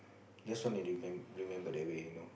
just want to remem~ remember that way you know